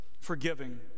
forgiving